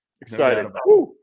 Excited